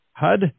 HUD